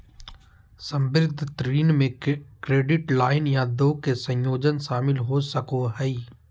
संबंद्ध ऋण में क्रेडिट लाइन या दो के संयोजन शामिल हो सको हइ